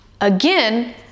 Again